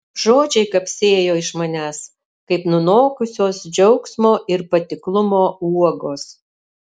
žodžiai kapsėjo iš manęs kaip nunokusios džiaugsmo ir patiklumo uogos